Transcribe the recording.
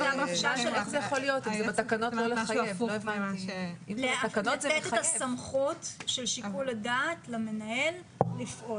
לתת את הסמכות של שיקול הדעת למנהל לפעול.